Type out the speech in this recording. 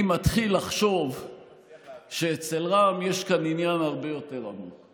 אני מתחיל לחשוב שאצל רע"מ יש כאן עניין הרבה יותר עמוק.